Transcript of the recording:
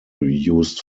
used